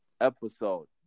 episode